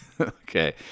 okay